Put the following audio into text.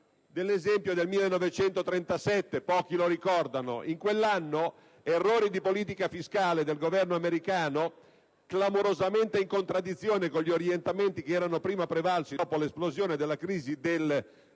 l'esempio del 1937, che pochi ricordano: in quell'anno, errori di politica fiscale del Governo americano, clamorosamente in contraddizione con gli orientamenti che erano prima prevalsi dopo l'esplosione della crisi del 1929,